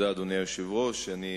אדוני היושב-ראש, תודה.